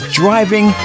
driving